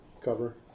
cover